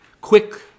quick